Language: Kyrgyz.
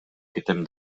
кетем